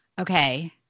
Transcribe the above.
Okay